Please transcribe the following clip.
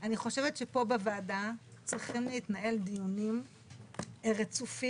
אני חושבת שפה בוועדה צריכים להתנהל דיונים רצופים,